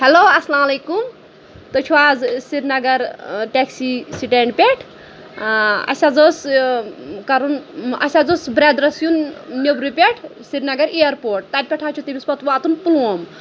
hello اَسلام علیکُم تُہۍ چھِو حظ سرینَگر ٹیکسی سٹینٛڈ پٮ۪ٹھ اَسہِ حظ ٲس کَرُن اَسہِ حظ اوس برٛٮ۪درَس یُن نیٚبرٕ پٮ۪ٹھ سریٖنَگَر اِیَرپوٹ تَتہِ پٮ۪ٹھ حظ چھُ تٔمِس پَتہٕ واتُن پُلووم